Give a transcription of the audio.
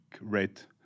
rate